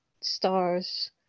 stars